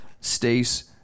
Stace